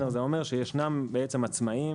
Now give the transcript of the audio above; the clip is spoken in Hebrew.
זה אומר שישנם עצמאים